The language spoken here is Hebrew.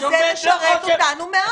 אז זה ישרת אותנו מאוד.